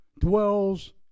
dwells